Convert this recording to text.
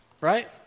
Right